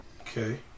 Okay